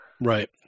Right